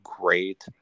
great